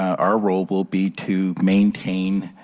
our role will be to maintain